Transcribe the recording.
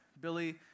Billy